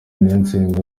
niyonsenga